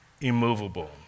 immovable